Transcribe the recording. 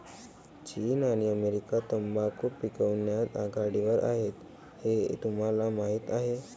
चीन आणि अमेरिका तंबाखू पिकवण्यात आघाडीवर आहेत हे तुम्हाला माहीत आहे